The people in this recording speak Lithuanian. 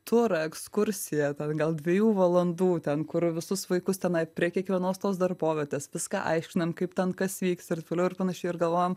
turą ekskursiją ten gal dviejų valandų ten kur visus vaikus tenai prie kiekvienos tos darbovietės viską aiškinam kaip ten kas vyks ir taip toliau ir panašiai ir galvojom